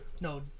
No